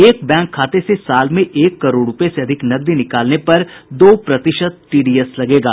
एक बैंक खाते से साल मे एक करोड़ रूपये से अधिक नकदी निकालने पर दो प्रतिशत टीडीएस लगेगा